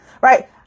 right